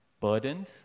burdened